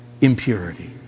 Impurity